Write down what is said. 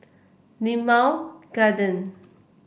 Limau Garden